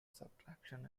subtraction